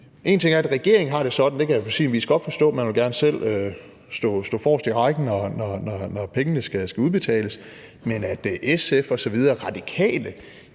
En ting er, at regeringen har det sådan – det kan jeg på sin vis godt forstå; man vil gerne selv stå forrest i rækken, når pengene skal udbetales – men at SF og Radikale